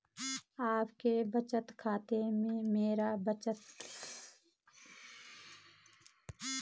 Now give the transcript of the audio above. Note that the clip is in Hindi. आपकी शाखा में मेरा बचत खाता दस साल से है क्या मुझे व्यवसाय के लिए ऋण मिल सकता है?